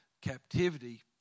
captivity